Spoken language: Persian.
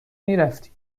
میرفتی